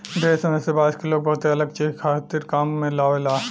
ढेरे समय से बांस के लोग बहुते अलग चीज खातिर काम में लेआवेला